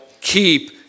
keep